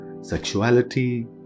sexuality